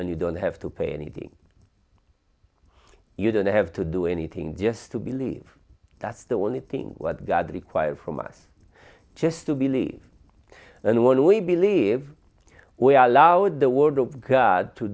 and you don't have to pay anything you don't have to do anything just to believe that's the only thing what god requires from us just to believe and when we believe we are allowed the word of god to